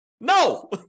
No